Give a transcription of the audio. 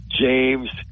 James